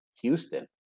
Houston